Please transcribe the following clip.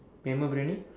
bamboo Briyani